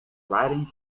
writing